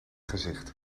gezicht